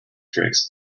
tricks